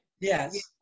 yes